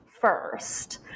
first